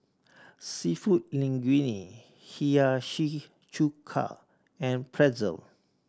Seafood Linguine Hiyashi Chuka and Pretzel